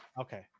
Okay